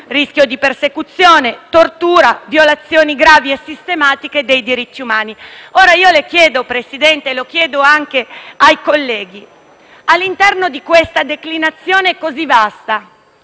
rischio di persecuzione, tortura, violazioni gravi e sistematiche dei diritti umani. Io le chiedo, signor Presidente, e lo chiedo anche ai colleghi: all'interno di questa declinazione così vasta